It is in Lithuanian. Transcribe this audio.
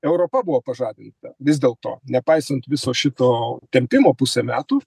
europa buvo pažadinta vis dėlto nepaisant viso šito tempimo pusę metų